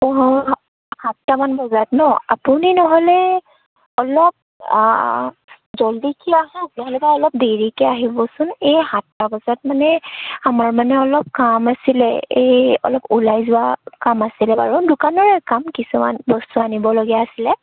অ সাতটামান বজাত ন' আপুনি নহ'লে অলপ জলদিকৈ আহক নহ'লেবা অলপ দেৰিকৈ আহিবচোন এই সাতটা বজাত মানে আমাৰ মানে অলপ কাম আছিলে এই অলপ ওলাই যোৱা কাম আছিলে বাৰু দোকানৰে কাম কিছুমান বস্তু আনিবলগীয়া আছিলে